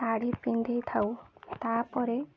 ଶାଢ଼ୀ ପିନ୍ଧେଇ ଥାଉ ତା'ପରେ